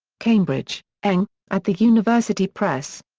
cambridge, eng at the university press.